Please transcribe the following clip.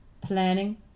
planning